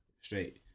straight